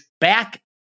back